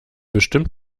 bestimmt